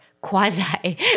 quasi